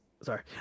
Sorry